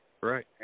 Right